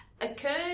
occurred